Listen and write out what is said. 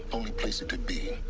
only place it could be